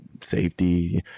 safety